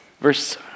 verse